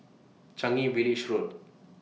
Changi Village Road